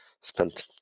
spent